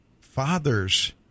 fathers